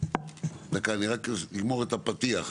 אני רק אגמור את הפתיח.